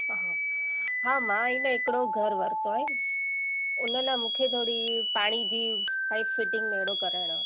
हा मां ही ना हिकिड़ो घर वरितो आहे उन लाइ मूंखे थोरी पाणी जी साइड फिटींग हेड़ो कराइणो अथव